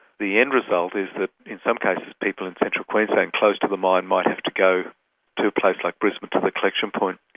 the end result is that, in some kind of people in central queensland, close to the mine, might have to go to a place like brisbane to the collection point.